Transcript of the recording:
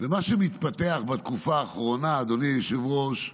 ומה שמתפתח בתקופה האחרונה, אדוני היושב-ראש,